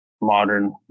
modern